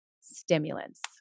stimulants